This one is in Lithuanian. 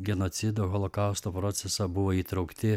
genocido holokausto procesą buvo įtraukti